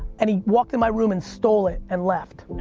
and he walked in my room and stole it, and left.